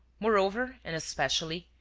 moreover and especially,